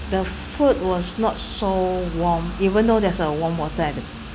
the food was not so warm even though there's a warm water at the